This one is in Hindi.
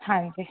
हाँ जी